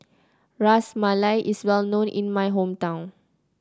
Ras Malai is well known in my hometown